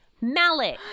mallet